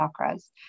chakras